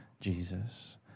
Jesus